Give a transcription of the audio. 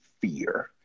fear